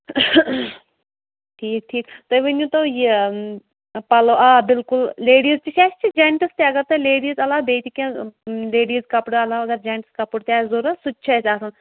ٹھیٖک ٹھیٖک تُہۍ ؤںۍ تو یہِ پَلو آ بالکُل لیڈیٖز تہِ چھَ اَسہِ تہٕ جَنٹٕز تہِ اگر تۄہہِ لیڈیٖز عَلاوٕ بیٚیہِ تہِ کینٛہہ لیڈیٖز کَپرٕ علاوٕ اگر جَنٹٕز کَپُر تہِ آسہِ ضروٗرت سُہ تہِ چھِ اَسہِ آسان